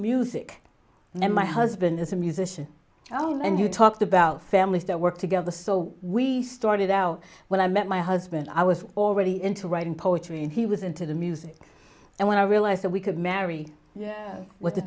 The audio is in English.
music now my husband is a musician well and you talked about families that work together so we started out when i met my husband i was already into writing poetry and he was into the music and when i realized that we could marry